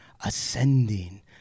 Ascending